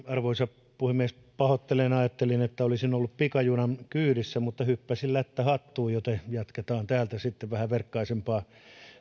arvoisa puhemies pahoittelen ajattelin että olisin ollut pikajunan kyydissä mutta hyppäsin lättähattuun joten jatketaan täältä sitten vähän verkkaisempaan